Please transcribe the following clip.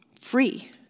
free